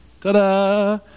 Ta-da